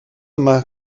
yma